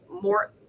more